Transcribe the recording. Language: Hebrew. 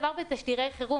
אותו הדבר בתשדירי חירום,